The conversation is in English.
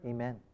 Amen